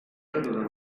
uau